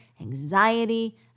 anxiety